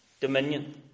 dominion